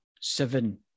seven